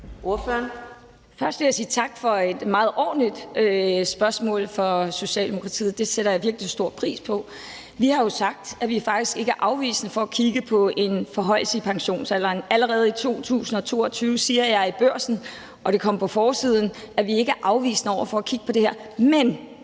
(SF): Først vil jeg sige tak for et meget ordentligt spørgsmål fra Socialdemokratiet. Det sætter jeg virkelig stor pris på. Vi har jo sagt, at vi faktisk ikke er afvisende over for at kigge på en forhøjelse af pensionsalderen; allerede i 2022 siger jeg i Børsen, og det kom på forsiden, at vi ikke er afvisende over for at kigge på det her. Men